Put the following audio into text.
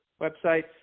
websites